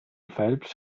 phelps